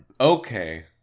Okay